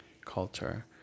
culture